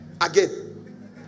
Again